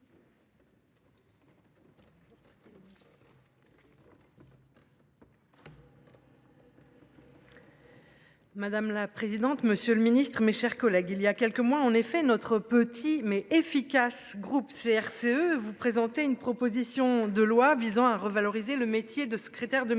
Madame la présidente. Monsieur le Ministre, mes chers collègues. Il y a quelques mois en effet, notre petit mais efficace groupe CRCE vous présenter une proposition de loi visant à revaloriser le métier de secrétaire de mairie.